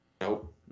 Nope